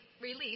relief